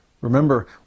Remember